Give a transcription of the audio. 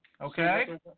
Okay